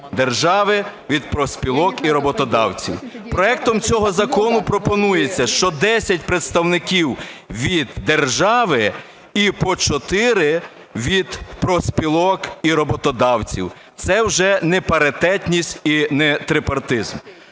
держави, від профспілок і роботодавців. Проектом цього закону пропонується, що 10 представників від держави і по 4 – від профспілок і роботодавці. Це вже не паритетність і не трипартизм.